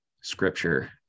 scripture